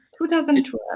2012